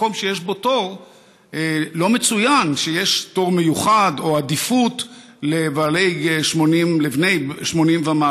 מקום שיש בו תור לא מצוין שיש תור מיוחד או עדיפות לבני 80 ומעלה.